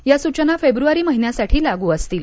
या सूचना फेब्रुवारी महिन्यासाठी लागू असतील